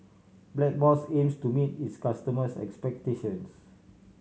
Blackmores aims to meet its customers' expectations